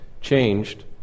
changed